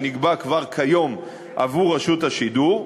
שנקבע כבר כיום עבור רשות השידור,